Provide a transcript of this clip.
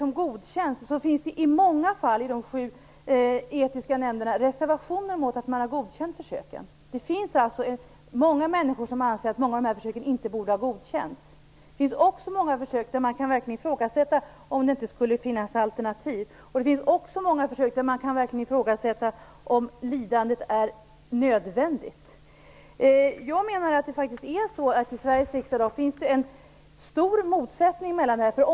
I många fall finns det i de sju etiska nämnderna reservationer mot att man har godkänt vissa djurförsök. Det är många vanliga människor som anser att dessa försök inte borde ha godkänts. Vid många försök kan man också verkligen ifrågasätta om det inte skulle finnas alternativ eller om lidandet är nödvändigt. Jag menar att det i Sveriges riksdag finns en stor motsättning i det här fallet.